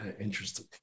Interesting